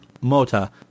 Mota